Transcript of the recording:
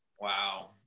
Wow